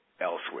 Elsewhere